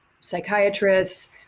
psychiatrists